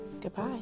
Goodbye